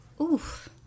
Oof